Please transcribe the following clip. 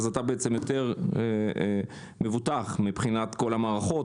אז אתה בעצם יותר מבוטח מבחינת כל המערכות,